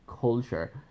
culture